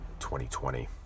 2020